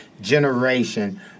generation